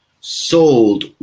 sold